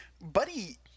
Buddy